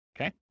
okay